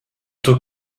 tout